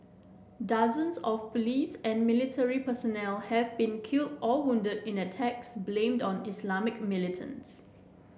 dozens of police and military personnel have been killed or wounded in attacks blamed on Islamist militants